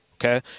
Okay